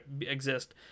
exist